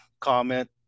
comment